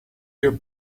your